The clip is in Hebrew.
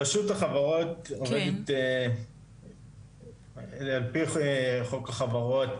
רשות החברות עובדת על פי חוק החברות,